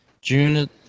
June